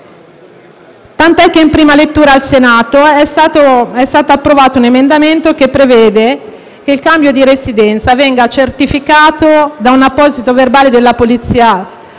tant'è che in prima lettura al Senato è stato approvato un emendamento che prevede che il cambio di residenza venga certificato da un apposito verbale della polizia